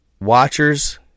watchers